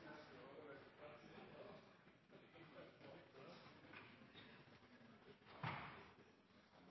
neste år. I